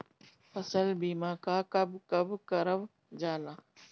फसल बीमा का कब कब करव जाला?